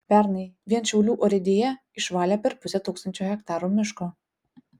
pernai vien šiaulių urėdija išvalė per pusę tūkstančio hektarų miško